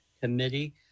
committee